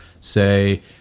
say